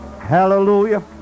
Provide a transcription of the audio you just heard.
hallelujah